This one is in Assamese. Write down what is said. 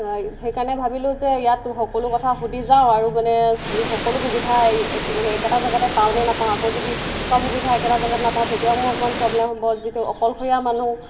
সেইকাৰণে ভাবিলোঁ যে ইয়াত সকলো কথা সুধি যাওঁ আৰু মানে সকলো সুবিধা এই একেটা জেগাতে পাওঁ নে নাপাওঁ আকৌ যদি চব সুবিধা একেটা জেগাত নাপাওঁ তেতিয়াও মোৰ অকণমান প্ৰব্লেম হ'ব যিহেটো অকলশৰীয়া মানুহ